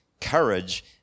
courage